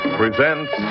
presents